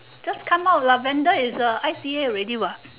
just come out lah brenda is uh I_C_A already what